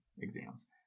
exams